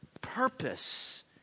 purpose